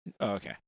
Okay